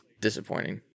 disappointing